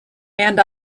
and